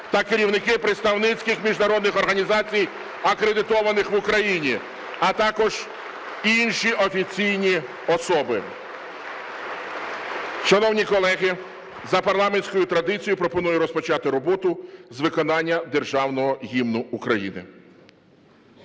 та керівники представницьких міжнародних організацій, акредитованих в Україні, а також інші офіційні особи. (Оплески) Шановні колеги, за парламентською традицією пропоную розпочати роботу з виконання Державного Гімну України.